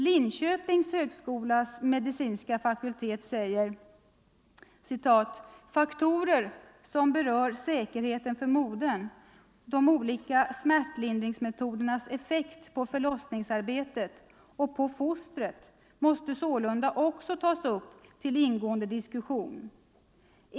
Linköpings högskolas medicinska fakultet säger: ”Faktorer som berör säkerheten för modern, de olika smärtlindringsmetodernas effekt på förlossningsarbetet och på fostret måste sålunda också tas upp till ingående diskussion.